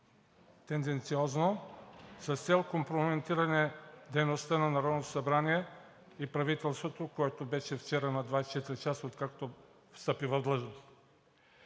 Тенденциозно с цел компрометиране дейността на Народното събрание и правителството, което вчера беше на 24 часа, откакто встъпи в длъжност.